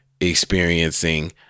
experiencing